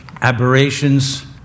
aberrations